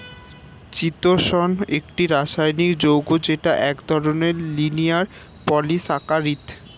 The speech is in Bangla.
চিতোষণ একটি রাসায়নিক যৌগ যেটা এক ধরনের লিনিয়ার পলিসাকারীদ